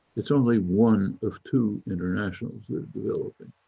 it's only one of two internationals that are developing.